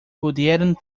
pudieron